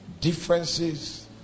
differences